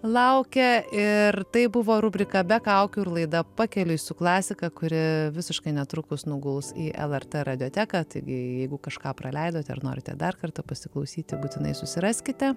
laukia ir tai buvo rubrika be kaukių ir laida pakeliui su klasika kuri visiškai netrukus nuguls į lrt radioteką taigi jeigu kažką praleidote ar norite dar kartą pasiklausyti būtinai susiraskite